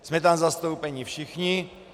Jsme tam zastoupeni všichni.